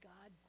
God